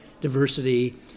diversity